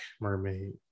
mermaid